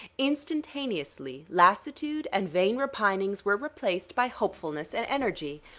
instantaneously lassitude and vain repinings were replaced by hopefulness and energy.